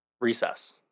Recess